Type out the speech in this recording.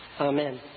Amen